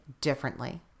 differently